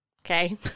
Okay